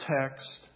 text